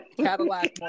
Cadillac